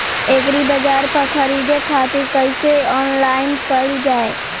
एग्रीबाजार पर खरीदे खातिर कइसे ऑनलाइन कइल जाए?